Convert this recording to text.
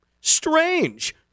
Strange